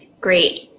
Great